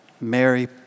Mary